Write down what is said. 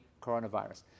coronavirus